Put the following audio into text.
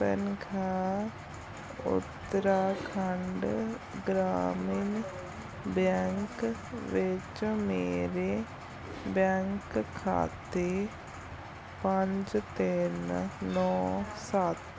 ਤਨਖਾਹ ਉੱਤਰਾਖੰਡ ਗ੍ਰਾਮੀਣ ਬੈਂਕ ਵਿੱਚ ਮੇਰੇ ਬੈਂਕ ਖਾਤੇ ਪੰਜ ਤਿੰਨ ਨੌ ਸੱਤ